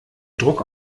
druck